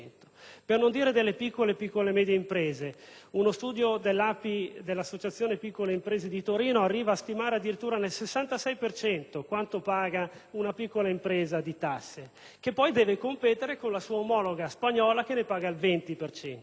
Per non dire delle piccole e piccole-medie imprese: uno studio dell'Associazione piccole imprese (API) di Torino arriva a stimare addirittura nel 66 per cento quanto paga una piccola impresa di tasse, la quale poi deve competere con la sua omologa spagnola che di tasse paga il 20